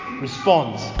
responds